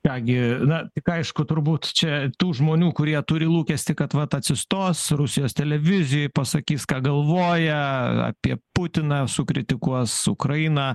ką gi na aišku turbūt čia tų žmonių kurie turi lūkestį kad vat atsistos rusijos televizijoj pasakys ką galvoja apie putiną sukritikuos ukrainą